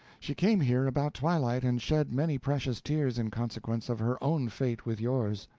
she came here about twilight, and shed many precious tears in consequence of her own fate with yours.